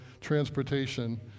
transportation